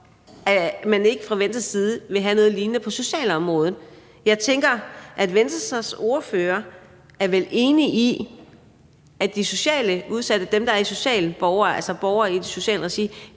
at man ikke fra Venstres side vil have noget lignende på socialområdet? Jeg tænker, at Venstres ordfører vel er enig i, at de socialt udsatte, altså borgere i det sociale regi,